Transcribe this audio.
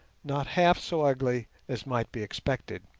not half so ugly as might be expected.